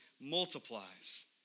multiplies